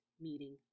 meeting